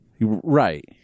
Right